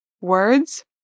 words